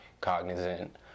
cognizant